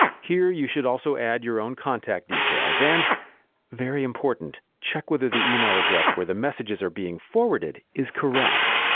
here you should also add your own contact details and very important, check whether the email address where the messages are being forwarded is correct!